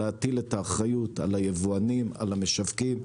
להטיל את האחריות על היבואנים, על המשווקים.